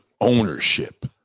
ownership